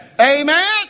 Amen